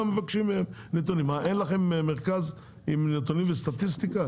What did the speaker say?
מה, אין לכם מרכז עם נתונים וסטטיסטיקה?